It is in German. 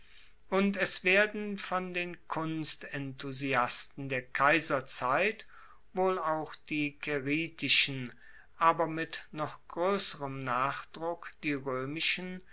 und es werden von den kunstenthusiasten der kaiserzeit wohl auch die caeritischen aber mit noch groesserem nachdruck die roemischen